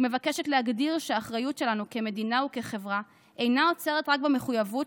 היא מבקשת להגדיר שהאחריות שלנו כמדינה וכחברה אינה עוצרת רק במחויבות